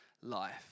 life